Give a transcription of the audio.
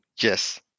Yes